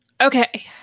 Okay